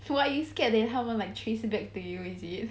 so are you scared that 他们 like trace it back to you is it